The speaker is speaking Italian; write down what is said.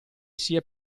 sia